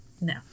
No